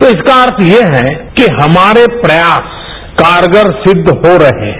तो इसका अर्थ ये है कि हमारे प्रयास कारगर सिद्ध हो रहे हैं